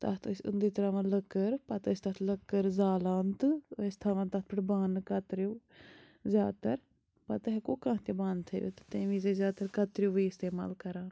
تَتھ ٲسۍ أنٛدٕرۍ ترٛاوان لٔکٕر پَتہٕ ٲسۍ تَتھ لٔکٕر زالان تہٕ ٲسۍ تھاوان تَتھ پٮ۪ٹھ بانہٕ کَترِو زیادٕ تر پَتہٕ ہیٚکو کانٛہہ تہِ بانہٕ تھٲیِتھ تہٕ تَمہِ وِزۍ ٲسۍ زیادٕ تَر کَترِووٕے استعمال کَران